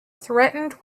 threatened